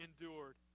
endured